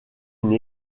une